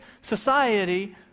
society